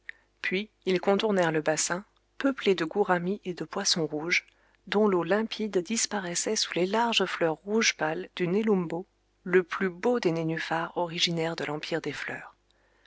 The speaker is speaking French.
puis ils contournèrent le bassin peuplé de gouramis et de poissons rouges dont l'eau limpide disparaissait sous les larges fleurs rouge pâle du nelumbo le plus beau des nénuphars originaires de l'empire des fleurs